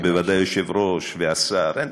ובוודאי היושב-ראש והשר.